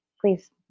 please